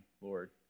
Lord